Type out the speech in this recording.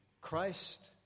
Christ